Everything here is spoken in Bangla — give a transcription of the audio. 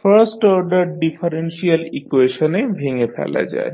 ফার্স্ট অর্ডার ডিফারেনশিয়াল ইকুয়েশনে ভেঙে ফেলা যায়